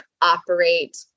operate